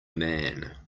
man